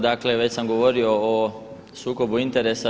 Dakle, već sam govorio o sukobu interesa.